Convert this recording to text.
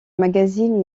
magazine